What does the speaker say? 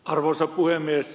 arvoisa puhemies